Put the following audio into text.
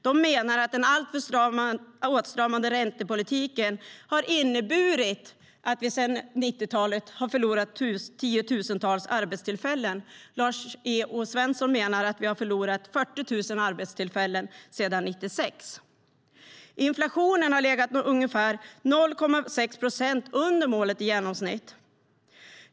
De menar att den alltför åtstramande räntepolitiken har inneburit att vi har förlorat 10 000-tals arbetstillfällen sedan 90-talet. Lars E O Svensson menar att vi har förlorat 40 000 arbetstillfällen sedan 1996. Inflationen har i genomsnitt legat ungefär 0,6 procent under målet.